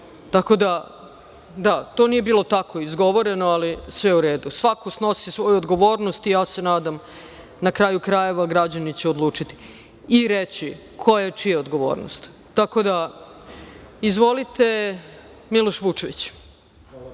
tako da, to nije bilo tako izgovoreno, ali sve je u redu, svako snosi svoju odgovornost i ja se nadam, na kraju krajeva, građani će odlučiti i reći koja je i čija odgovornost. Izvolite. Reč ima Miloš Vučević.